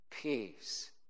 Peace